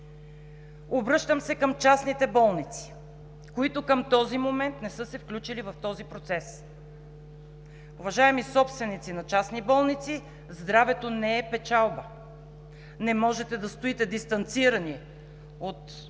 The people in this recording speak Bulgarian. Обръщам се към частните болници, които към този момент не са се включили в този процес. Уважаеми собственици на частни болници, здравето не е печалба! Не можете да стоите дистанцирани от драмата,